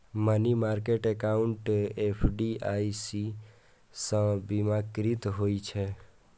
money market account FDIC सं बीमाकृत होइ छै